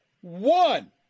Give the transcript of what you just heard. One